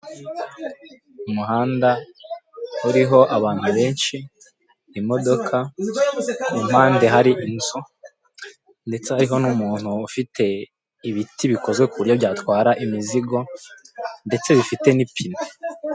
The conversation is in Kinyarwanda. Umuhanda uriho abantu benshi, imodoka ku mpande hari inzu, ndetse hariho n'umuntu ufite ibiti bikoze ku buryo byatwara imizigo, ndetse bifite n'ipine.